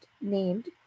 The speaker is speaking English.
named